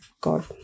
God